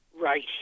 right